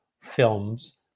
films